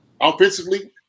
offensively